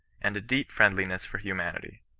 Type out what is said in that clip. and a deep friendliness for humanity.